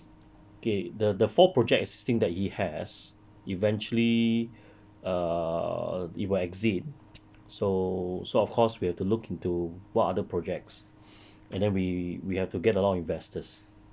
K th~ the four projects thing that he has eventually err it will exit so so of course we have to look into what other projects and then we we have to get a lot of investors